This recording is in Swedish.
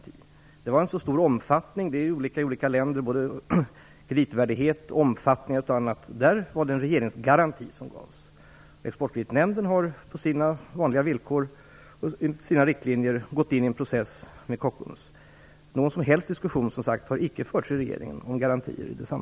Affären var av så stor omfattning. Kreditvärdighet och omfattning av affärer är olika vad gäller olika länder. Då var det en regeringsgaranti som gavs. Exportkreditnämnden har på sina vanliga villkor, efter sina riktlinjer, gått in i en process med Kockums. Någon som helst diskussion om garantier i det sammanhanget har inte förts i regeringen.